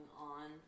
on